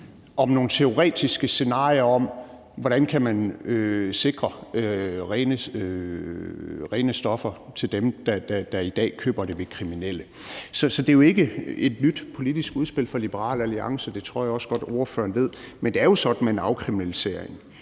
om nogle teoretiske scenarier, der handler om, hvordan man kan sikre rene stoffer til dem, der i dag køber det af kriminelle. Så det er jo ikke et nyt politisk udspil fra Liberal Alliance. Det tror jeg også godt spørgeren ved. Men det er jo sådan med en afkriminalisering,